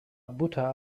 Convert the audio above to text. buddha